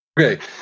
Okay